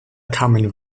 kamen